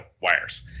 wires